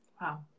Wow